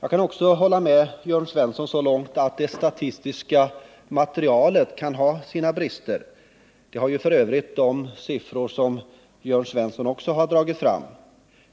Jag kan också hålla med Jörn Svensson så långt att det statistiska materialet kan ha sina brister — det har f. ö. också de siffror som Jörn Svensson har tagit fram.